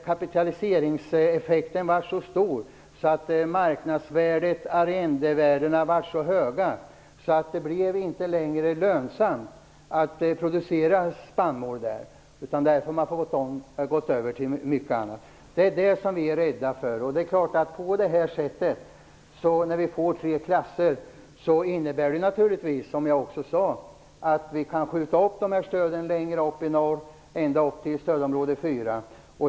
Kapitaliseringseffekten blev där så stor att marknadsvärden och arrendevärden blev så höga att det inte längre var lönsamt att producera spannmål, utan man fick gå över till annat. Det är det som vi är rädda för. När det blir tre klasser innebär det naturligtvis, som jag också sade, att vi kan använda dessa stöd längre upp i norr och ända upp till stödområde 4.